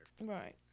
Right